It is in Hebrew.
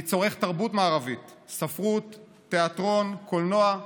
אני צורך תרבות מערבית, ספרות, תיאטרון, קולנוע,